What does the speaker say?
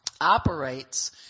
operates